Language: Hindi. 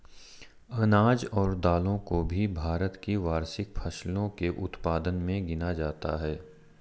अनाज और दालों को भी भारत की वार्षिक फसलों के उत्पादन मे गिना जाता है